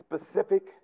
specific